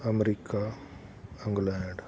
America England